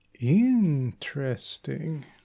Interesting